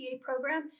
program